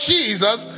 Jesus